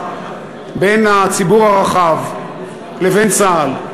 ההדוק כל כך בין הציבור הרחב לבין צה"ל,